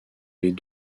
les